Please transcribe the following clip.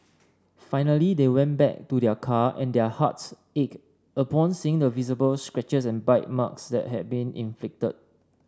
finally they went back to their car and their hearts ached upon seeing the visible scratches and bite marks that had been inflicted